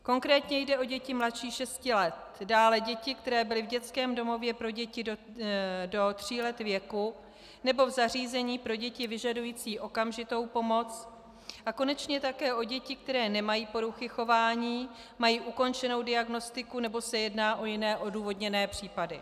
Konkrétně jde o děti mladší šesti let, dále děti, které byly v dětském domově pro děti do tří let věku nebo v zařízení pro děti vyžadující okamžitou pomoc, a konečně také o děti, které nemají poruchy chování, mají ukončenou diagnostiku nebo se jedná o jiné odůvodněné případy.